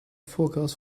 forecast